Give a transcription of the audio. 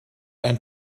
ein